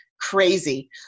crazy